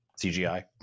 CGI